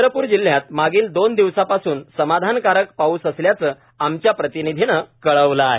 चंद्रपूर जिल्हयात मागील दोन दिवसापासून समाधानकारक पाऊस असल्याचं आमच्या प्रतिनिधीनं कळविलं आहे